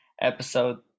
Episode